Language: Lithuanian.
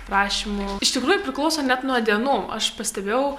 prašymų iš tikrųjų priklauso net nuo dienų aš pastebėjau